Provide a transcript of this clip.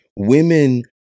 Women